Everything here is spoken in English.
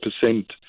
percent